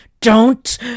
Don't